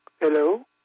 Hello